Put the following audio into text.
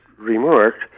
remarked